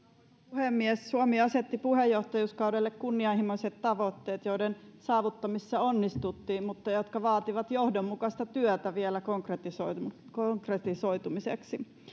puhemies suomi asetti puheenjohtajuuskaudelle kunnianhimoiset tavoitteet joiden saavuttamisessa onnistuttiin mutta jotka vaativat vielä johdonmukaista työtä konkretisoituakseen konkretisoituakseen